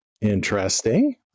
Interesting